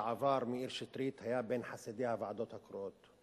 לשעבר מאיר שטרית היה בין חסידי הוועדות הקרואות.